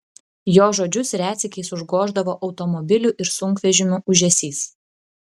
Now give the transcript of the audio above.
jo žodžius retsykiais užgoždavo automobilių ir sunkvežimių ūžesys